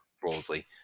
broadly